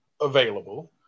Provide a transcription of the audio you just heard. available